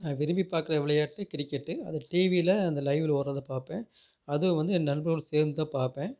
நான் விரும்பி பார்க்குற விளையாட்டு கிரிக்கெட் அதை டீவியில அந்த லைவில் ஓடுறத பார்ப்பேன் அதுவும் வந்து என் நண்பர்களுடன் சேர்ந்து தான் பார்ப்பேன்